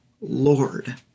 Lord